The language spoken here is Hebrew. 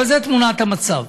אבל זאת תמונת המצב.